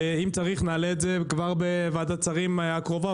ואם צריך נעלה את זה כבר בוועדת השרים הקרובה,